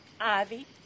Ivy